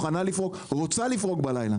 רוצה לפרוק בלילה